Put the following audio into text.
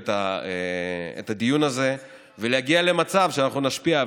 את הדיון הזה ולהגיע למצב שאנחנו נשפיע.